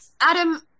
Adam